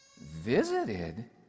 visited